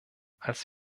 als